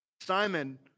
Simon